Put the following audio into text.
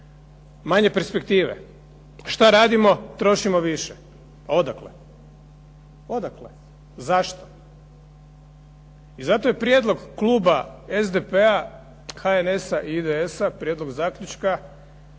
manje perspektive. Šta radimo? trošimo više. A odakle? Odakle? Zašto? I zato je prijedlog kluba SDP-a, HNS-a i IDS-a, prijedlog zaključka